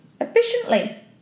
efficiently